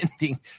ending